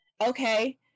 Okay